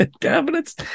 cabinets